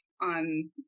on